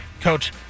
coach